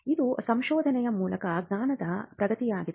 ಇದು ಸಂಶೋಧನೆಯ ಮೂಲಕ ಜ್ಞಾನದ ಪ್ರಗತಿಯಾಗಿದೆ